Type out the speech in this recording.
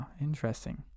interesting